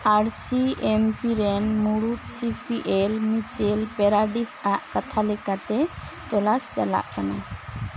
ᱟᱲᱥᱤ ᱮᱢᱯᱤᱨᱮᱱ ᱢᱩᱬᱩᱛ ᱥᱤᱯᱤᱮᱞ ᱢᱤᱪᱮᱞ ᱯᱮᱨᱟᱰᱤᱥᱼᱟᱜ ᱠᱟᱛᱷᱟ ᱞᱮᱠᱟᱛᱮ ᱛᱚᱞᱟᱥ ᱪᱟᱞᱟᱜ ᱠᱟᱱᱟ